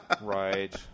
right